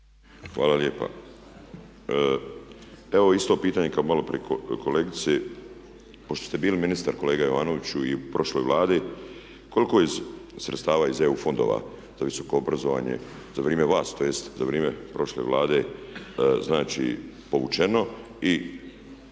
Hvala lijepa. Evo isto pitanje kao maloprije kolegice. Pošto ste bili ministar kolega Jovanoviću u prošloj Vladi koliko sredstava iz EU fondova za visoko obrazovanje za vrijeme vas tj. za vrijeme prošle Vlade je znači povučeno